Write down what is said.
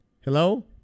Hello